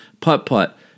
putt-putt